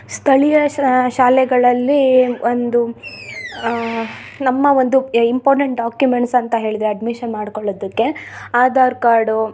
ಸ್ಥಳೀಯ ಶಾಲೆಗಳಲ್ಲಿ ಒಂದು ನಮ್ಮ ಒಂದು ಎ ಇಂಪಾರ್ಡೆಂಟ್ ಡಾಕ್ಯುಮೆಂಟ್ಸಂತ ಹೇಳಿದೆ ಅಡ್ಮಿಶನ್ ಮಾಡ್ಕೊಳ್ಳೊದುಕ್ಕೆ ಆಧಾರ್ಕಾರ್ಡು